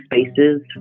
spaces